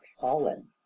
fallen